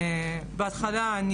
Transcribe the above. בהתחלה,